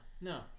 no